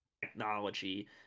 technology